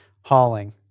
Hauling